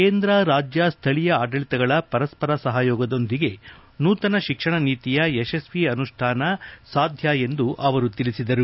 ಕೇಂದ್ರ ರಾಜ್ಯ ಸ್ದಳೀಯ ಆಡಳಿತಗಳ ಪರಸ್ಪರ ಸಹಯೋಗದೊಂದಿಗೆ ನೂತನ ಶಿಕ್ಷಣ ನೀತಿಯ ಯಶಸ್ವಿ ಅನುಷ್ಠಾನ ಸಾಧ್ಯ ಎಂದು ಅವರು ತಿಳಿಸಿದರು